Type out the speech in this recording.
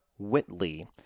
Whitley